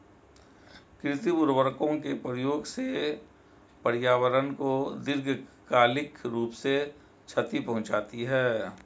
कृत्रिम उर्वरकों के प्रयोग से पर्यावरण को दीर्घकालिक रूप से क्षति पहुंचती है